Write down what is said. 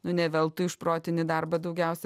ne veltui už protinį darbą daugiausia